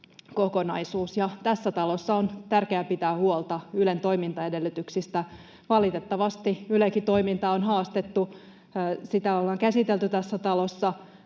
Tässä talossa on tärkeää pitää huolta Ylen toimintaedellytyksistä. Valitettavasti Ylenkin toimintaa on haastettu, sitä ollaan käsitelty tässä talossa,